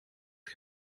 het